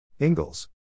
Ingalls